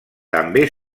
també